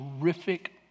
terrific